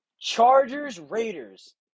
Chargers-Raiders